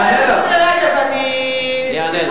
תני לי, אני אענה לך.